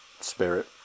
spirit